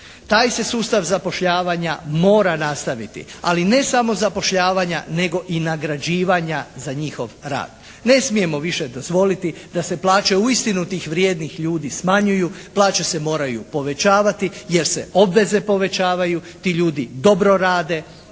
Taj se sustav zapošljavanja mora nastaviti, ali ne samo zapošljavanja nego i nagrađivanja za njihov rad. Ne smijemo više dozvoliti da se plaće uistinu tih vrijednih ljudi smanjuju, plaće se moraju povećavati jer se obveze povećavaju, ti ljudi dobro rade,